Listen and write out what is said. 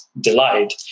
delight